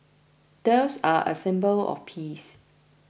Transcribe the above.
doves are a symbol of peace